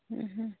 ହୁଁ ହୁଁ